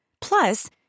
Plus